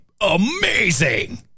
amazing